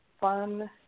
fun